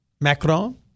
Macron